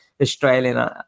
Australian